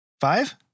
five